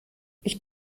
ich